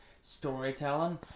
storytelling